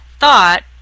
thought